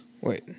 wait